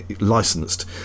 licensed